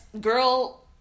girl